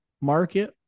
market